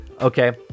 Okay